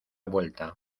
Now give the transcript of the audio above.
vuelta